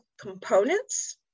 components